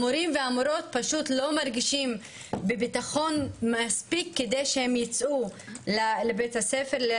המורים והמורות פשוט לא מרגישים בביטחון מספיק כדי שהם ייצאו לעבודה.